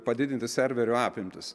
padidinti serverio apimtis